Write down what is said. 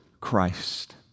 Christ